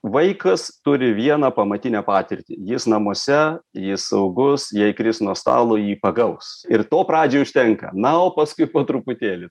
vaikas turi vieną pamatinę patirtį jis namuose jis saugus jei kris nuo stalo jį pagaus ir to pradžiai užtenka na o pas po truputėlį